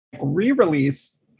re-release